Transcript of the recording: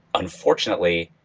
unfortunately,